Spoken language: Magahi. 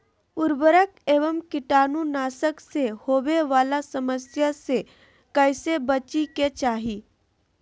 उर्वरक एवं कीटाणु नाशक से होवे वाला समस्या से कैसै बची के चाहि?